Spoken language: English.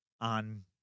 on